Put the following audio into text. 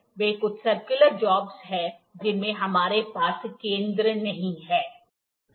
वे कुछ circular jobs हैं जिनमें हमारे पास केंद्र नहीं है